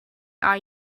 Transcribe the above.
are